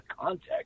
context